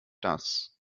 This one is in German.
das